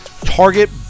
target